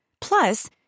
Plus